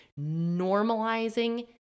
normalizing